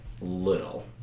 little